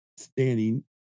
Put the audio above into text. standing